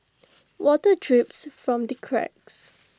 water drips from the cracks